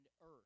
earth